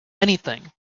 anything